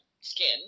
skin